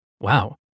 Wow